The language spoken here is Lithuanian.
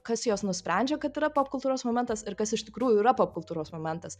kas jos nusprendžia kad yra popkultūros momentas ir kas iš tikrųjų yra popkultūros momentas